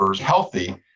healthy